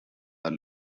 are